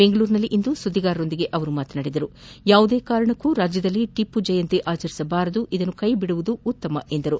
ಬೆಂಗಳೂರಿನಲ್ಲಿಂದು ಸುದ್ದಿಗಾರೊಂದಿಗೆ ಮಾತನಾಡಿದ ಅವರು ಯಾವುದೇ ಕಾರಣಕ್ಕೂ ರಾಜ್ಯದಲ್ಲಿ ಟಿಪ್ಪು ಜಯಂತಿ ಆಚರಿಸಬಾರದುಇದನ್ನು ಕೈ ಬಿಡುವುದು ಉತ್ತಮ ಎಂದರು